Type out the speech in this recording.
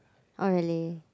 oh really